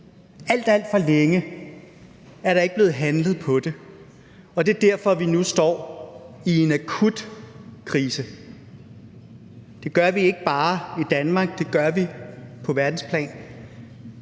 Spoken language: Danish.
alt for længe er der ikke blevet handlet på det, og det er derfor, vi nu står i en akut krise. Det gør vi ikke bare i Danmark, det gør vi på verdensplan.